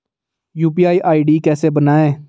UPI ID कैसे बनायें?